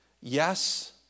Yes